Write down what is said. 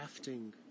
crafting